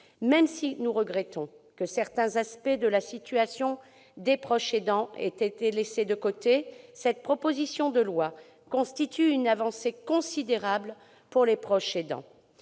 Même si nous regrettons que certains aspects de la situation des proches aidants aient ainsi été laissés de côté, cette proposition de loi constitue pour eux une avancée considérable. Certes, elle ne